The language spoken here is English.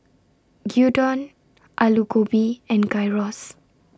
Gyudon Alu Gobi and Gyros